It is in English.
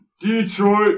Detroit